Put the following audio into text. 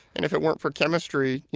if it weren't for chemistry,